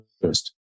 first